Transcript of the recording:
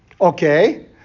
Okay